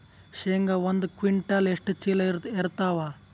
ಶೇಂಗಾ ಒಂದ ಕ್ವಿಂಟಾಲ್ ಎಷ್ಟ ಚೀಲ ಎರತ್ತಾವಾ?